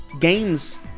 games